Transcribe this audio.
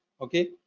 Okay